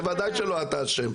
זה ודאי שלא אתה אשם.